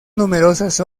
numerosas